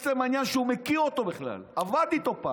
מעצם העניין שהוא מכיר אותו בכלל, עבד איתו פעם.